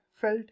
felt